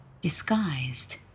disguised